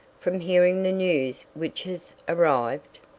from hearing the news which has arrived?